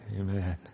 Amen